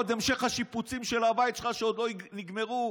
המשך השיפוצים של הבית שלך, שעוד לא נגמרו?